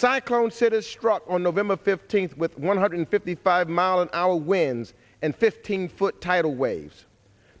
psychosis struck on november fifteenth with one hundred fifty five mile an hour winds and fifteen foot tidal waves